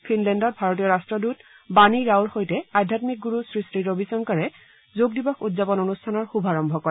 ফিনলেণ্ডত ভাৰতীয় ৰাষ্ট্ৰদূত বাণী ৰাওৰ সৈতে আধ্যামিক গুৰু শ্ৰীশ্ৰী ৰবীশংকৰে যোগ দিৱস উদ্যাপন অনুষ্ঠানৰ শুভাৰম্ভ কৰে